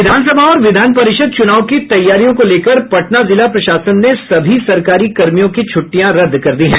विधानसभा और विधान परिषद चुनाव की तैयारियों को लेकर पटना जिला प्रशासन ने सभी सरकारी कर्मियों की छुट्टियां रद्द कर दी है